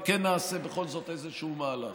וכן נעשה בכל זאת איזשהו מהלך.